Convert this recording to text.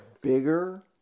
bigger